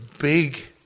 big